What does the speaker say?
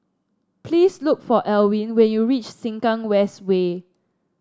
please look for Alwin when you reach Sengkang West Way